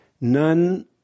None